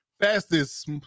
fastest